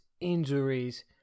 injuries